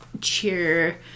cheer